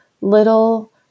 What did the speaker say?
little